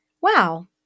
Wow